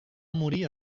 morir